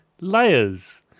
layers